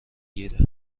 گیره